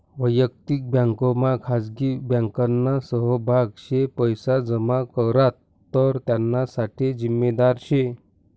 वयक्तिक बँकमा खाजगी बँकना सहभाग शे पैसा जमा करात तर त्याना साठे जिम्मेदार शे